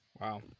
Wow